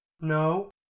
No